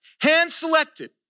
hand-selected